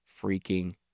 freaking